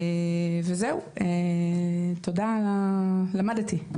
תודה ולמדתי.